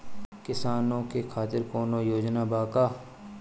किसानों के खातिर कौनो योजना बा का?